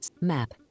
Map